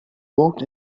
walked